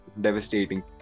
devastating